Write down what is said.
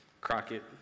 Crockett